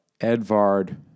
Edvard